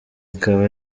ikaba